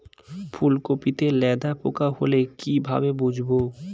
ফুলকপিতে লেদা পোকা হলে কি ভাবে বুঝবো?